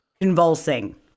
convulsing